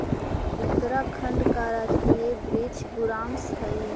उत्तराखंड का राजकीय वृक्ष बुरांश हई